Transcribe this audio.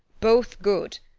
both good.